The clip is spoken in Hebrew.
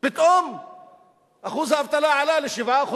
פתאום אחוז האבטלה עלה ל-7%.